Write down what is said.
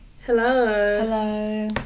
Hello